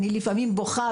לפעמים אני בוכה,